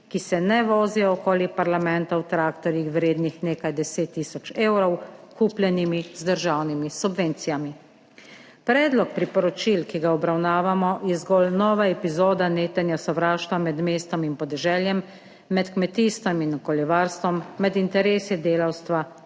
ki se ne vozijo okoli parlamenta v traktorjih vrednih nekaj 10 tisoč evrov kupljeni z državnimi subvencijami. Predlog priporočil, ki ga obravnavamo, je zgolj nova epizoda netenja sovraštva med mestom in podeželjem, med kmetijstvom in okoljevarstvom, med interesi delavstva